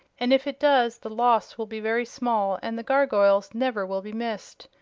and if it does the loss will be very small and the gargoyles never will be missed.